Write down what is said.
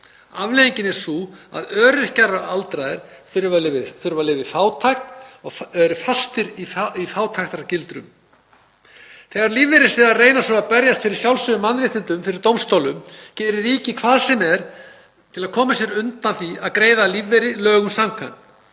Afleiðingin er sú að öryrkjar og aldraðir þurfa að lifa í fátækt og eru fastir í fátæktargildrum. Þegar lífeyrisþegar reyna að berjast fyrir sjálfsögðum mannréttindum fyrir dómstólum gerir ríkið hvað sem er til að koma sér undan því að greiða lífeyri lögum samkvæmt,